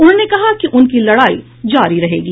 उन्होंने कहा कि उनकी लड़ाई जारी रहेगी